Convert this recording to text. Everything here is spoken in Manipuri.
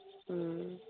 ꯎꯝ